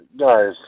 Guys